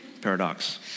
paradox